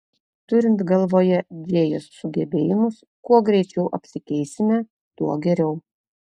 turint galvoje džėjos sugebėjimus kuo greičiau apsikeisime tuo geriau